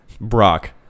Brock